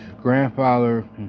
grandfather